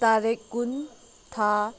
ꯇꯔꯤꯛ ꯀꯨꯟ ꯊꯥ